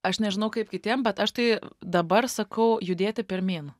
aš nežinau kaip kitiem bet aš tai dabar sakau judėti pirmyn